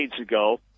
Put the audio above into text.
ago